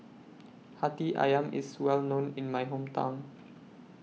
Hati Ayam IS Well known in My Hometown